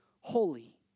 holy